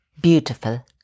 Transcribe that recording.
beautiful